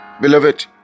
beloved